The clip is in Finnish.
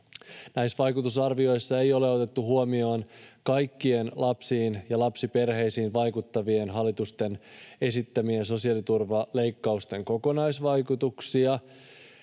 Näissä vaikutusarvioissa ei ole otettu huomioon kaikkien lapsiin ja lapsiperheisiin vaikuttavien hallituksen esittämien sosiaaliturvaleikkausten kokonaisvaikutuksia.